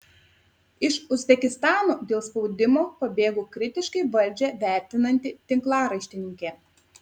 iš uzbekistano dėl spaudimo pabėgo kritiškai valdžią vertinanti tinklaraštininkė